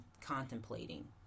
contemplating